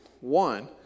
One